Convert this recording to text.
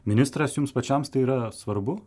ministras jums pačiams tai yra svarbu